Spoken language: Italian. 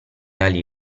ali